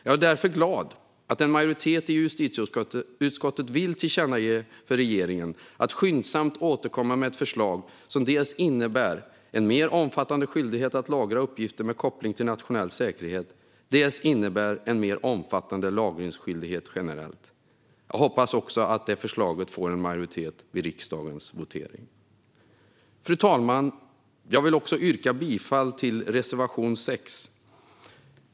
Jag är därför glad att en majoritet i justitieutskottet vill tillkännage för regeringen att skyndsamt återkomma med ett förslag som dels innebär en mer omfattande skyldighet att lagra uppgifter med koppling till nationell säkerhet, dels innebär en mer omfattande lagringsskyldighet generellt. Jag hoppas att det förslaget också får majoritet vid riksdagens votering. Fru talman! Jag vill också yrka bifall till reservation 6.